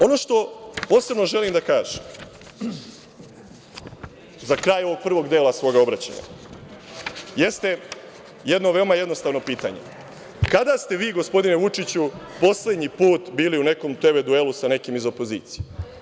Ono što posebno želim da kažem za kraj ovog prvog dela svog obraćanja jeste jedno veoma jednostavno pitanje – kada ste vi, gospodine Vučiću, poslednji put bili u nekom TV duelu sa nekim iz opozicije?